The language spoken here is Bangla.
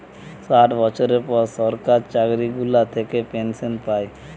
ষাট বছরের পর সরকার চাকরি গুলা থাকে পেনসন পায়